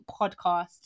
podcast